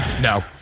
No